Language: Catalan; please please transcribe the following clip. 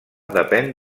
depèn